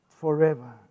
forever